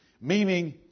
meaning